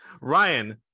ryan